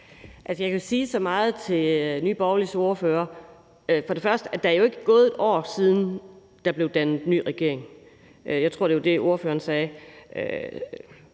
Jeg kan sige så meget til Nye Borgerliges ordfører, at der for det første ikke er gået et år, siden der blev dannet ny regering. Jeg tror, det var det, ordføreren sagde.